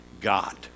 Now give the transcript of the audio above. God